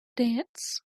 dance